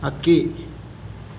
ಹಕ್ಕಿ